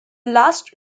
last